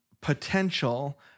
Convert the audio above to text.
potential